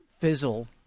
fizzle